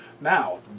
Now